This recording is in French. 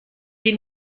des